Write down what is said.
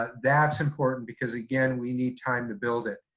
that's important because again, we need time to build it.